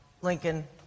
Lincoln